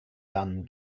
dunn